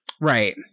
Right